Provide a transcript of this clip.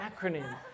acronym